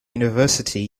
university